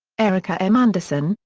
erika m. anderson,